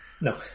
No